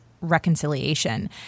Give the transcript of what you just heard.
reconciliation